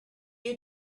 you